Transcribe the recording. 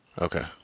Okay